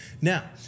Now